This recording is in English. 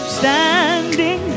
standing